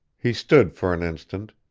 he stood for an instant,